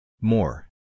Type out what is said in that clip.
More